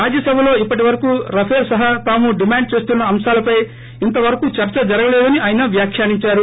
రాజ్యసభలో ఇప్పటివరకూ రఫేల్ సహా తాము డిమాండ్ చేస్తున్న అంశాలపై ఇంతవరకూ చర్చ జరగలేదని ఆయన వ్యాఖ్యానించారు